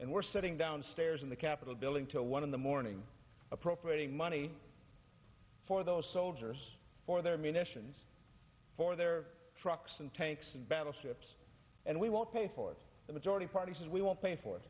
and we're sitting downstairs in the capitol building to one in the morning appropriating money for those soldiers for their munitions for their trucks and tanks and battleships and we won't pay for the majority party says we won't pay for it